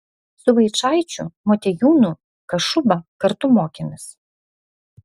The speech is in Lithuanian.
su vaičaičiu motiejūnu kašuba kartu mokėmės